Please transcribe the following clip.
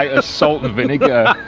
ah salt and vinegar